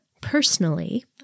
Personally